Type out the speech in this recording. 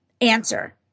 Answer